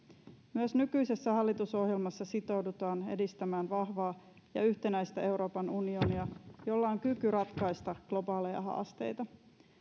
myös nykyisessä hallitusohjelmassa sitoudutaan edistämään vahvaa ja yhtenäistä euroopan unionia jolla on kyky ratkaista globaaleja haasteita